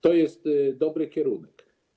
To jest dobry kierunek.